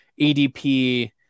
ADP